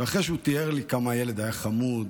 אחרי שהוא תיאר לי כמה הילד היה חמוד,